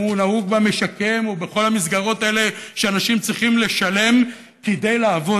שנהוג ב"המשקם" ובכל המסגרות האלה שאנשים צריכים לשלם כדי לעבוד,